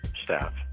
staff